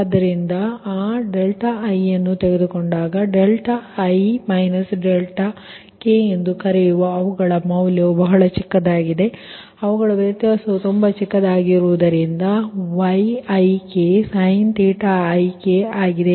ಆದ್ದರಿಂದ ನೀವು ಆ i ಅನ್ನು ತೆಗೆದುಕೊಳ್ಳುತ್ತಿದ್ದೀರಿ i k ಎಂದು ಕರೆಯುವ ಅವುಗಳ ಮೌಲ್ಯ ಬಹಳ ಚಿಕ್ಕದಾಗಿದೆ ಅವುಗಳ ವ್ಯತ್ಯಾಸವು ತುಂಬಾ ಚಿಕ್ಕದಾಗಿದೆ ಆದ್ದರಿಂದ ಇದರರ್ಥ ಇದು |Yik|sin⁡θik ಆಗಿದೆ